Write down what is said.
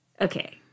Okay